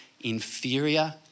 inferior